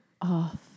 off